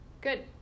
Good